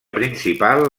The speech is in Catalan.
principal